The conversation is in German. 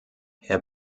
herr